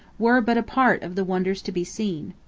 were but a part of the wonders to be seen.